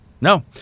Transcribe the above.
No